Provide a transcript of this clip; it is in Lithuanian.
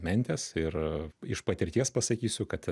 mentės ir iš patirties pasakysiu kad